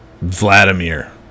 Vladimir